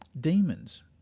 demons